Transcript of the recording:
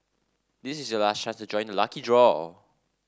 this is your last chance to join the lucky draw